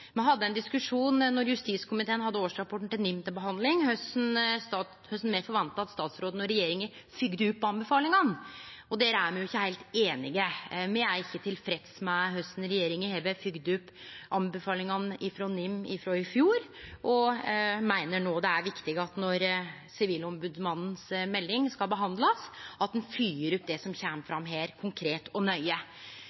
justiskomiteen hadde årsrapporten til NIM til behandling, hadde me ein diskusjon om korleis me forventa at statsråden og regjeringa følgde opp anbefalingane, og der er me ikkje heilt einige. Me er ikkje tilfredse med korleis regjeringa har følgt opp anbefalingane frå NIM frå i fjor, og meiner det er viktig at ein no når Sivilombodsmannens melding skal behandlast, følgjer opp det som kjem